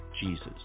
Jesus